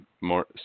more